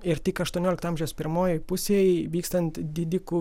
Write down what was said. ir tik aštuoniolikto amžiaus pirmojoj pusėj vykstant didikų